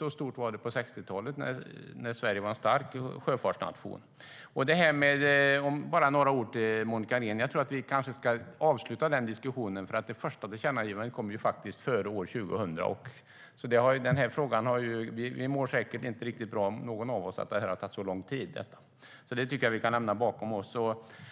Det var stort på 60-talet, när Sverige var en stark sjöfartsnation. Jag har några ord till Monica Green. Vi kanske ska avsluta den diskussionen. Det första tillkännagivandet kom faktiskt före år 2000. Det är säkert ingen av oss som mår bra över att det har tagit så lång tid, så jag tycker att vi kan lämna det bakom oss.